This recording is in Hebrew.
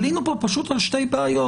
עלינו פה פשוט על שתי בעיות,